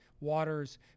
water's